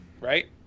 right